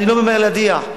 אני לא ממהר להדיח.